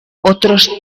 otros